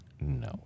No